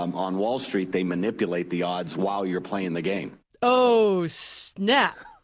um on wall street, they manipulate the odds while you're playing the game oh, snap.